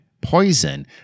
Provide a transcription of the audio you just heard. poison